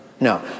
No